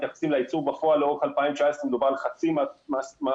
מתייחסים לייצור בפועל לאורך 2019 ומדובר על חצי מהכמות,